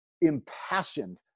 impassioned